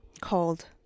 called